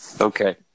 Okay